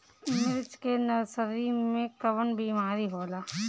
मिर्च के नर्सरी मे कवन बीमारी होला?